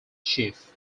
chief